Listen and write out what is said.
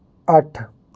ਅੱਠ